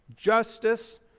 Justice